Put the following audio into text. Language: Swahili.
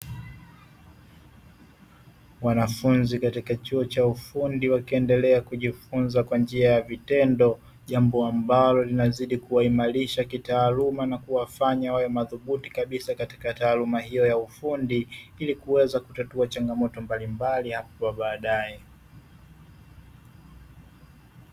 Wanafunzi katika chuo cha ufundi wakiendelea kujifunza kwa njia ya vitendo. Jambo ambalo linazidi kuwaimarisha kitaaluma na kuwafanya wawe madhubuti kabisa katika taaluma hiyo ya ufundi. Ili kuweza kutatua changamoto mbalimbali alafu baadae.